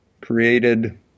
created